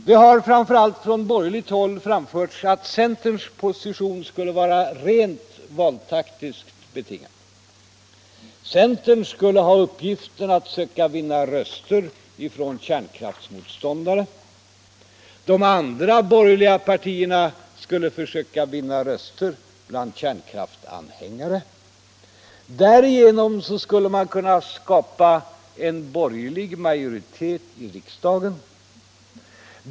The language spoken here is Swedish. Det har framför allt från borgerligt håll framförts att centerns position skulle vara rent valtaktiskt betingad. Centern skulle ha uppgiften att försöka vinna röster från kärnkraftsmotståndare. De andra borgerliga partierna skulle försöka vinna röster bland kärnkraftsanhängare. Därigenom skulle man kunna skapa en borgerlig majoritet i riksdagen.